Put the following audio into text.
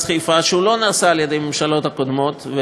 חיפה שלא נעשה על-ידי הממשלות הקודמות,